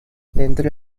dentro